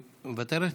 מוותרת?